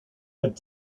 that